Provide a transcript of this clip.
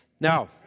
Now